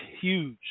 huge